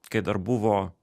kai dar buvo